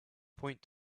point